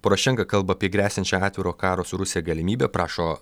porošenka kalba apie gresiančią atviro karo su rusija galimybę prašo